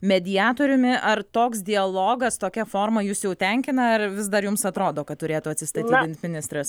mediatoriumi ar toks dialogas tokia forma jus jau tenkina ar vis dar jums atrodo kad turėtų atsistatydint ministras